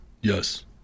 Yes